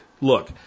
Look